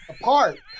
apart